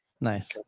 Nice